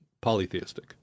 polytheistic